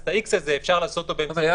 אז את ה-X הזה אפשר לעשות אותו --- איל,